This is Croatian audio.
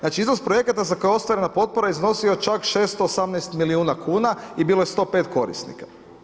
Znači iznos projekata za koje je ostvarena potpora iznosio je čak 618 milijuna kuna i bilo je 105 korisnika.